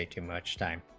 ah too much time